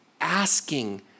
asking